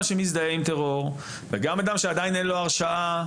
שמזדהה עם טרור וגם אדם שעדיין לו הרשעה,